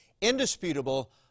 indisputable